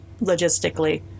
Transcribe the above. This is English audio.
logistically